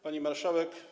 Pani Marszałek!